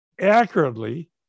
accurately